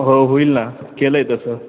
हो होईल ना केलं आहे तसं